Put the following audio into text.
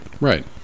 Right